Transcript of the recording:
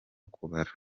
kubara